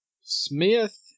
Smith